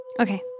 Okay